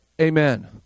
Amen